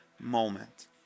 moment